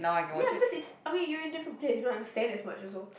ya because it's I mean you are in a different place you don't understand as much also